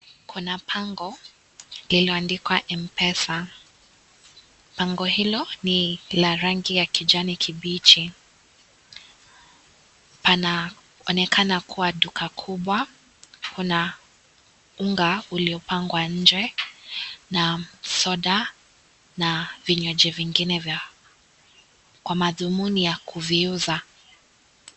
Kuna bango lilioandikwa "Mpesa". Bango hilo ni la rangi ya kijani kibichi. Panaonekana kuwa duka kubwa, kuna unga uliopangwa nje na soda na vinywaji vingine vya kwa madhumuni ya kuviuza.